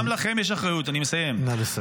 גם לכם יש אחריות --- נא לסיים.